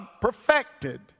perfected